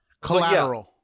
collateral